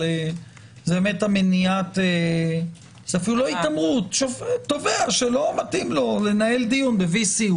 אבל זו אפילו לא התעמרות תובע שלא מתאים לו לנהל דיון ב-VC.